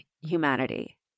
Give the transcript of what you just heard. humanity